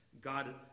God